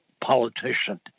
politician